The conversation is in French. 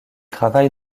travaille